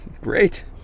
Great